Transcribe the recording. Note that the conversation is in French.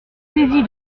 saisi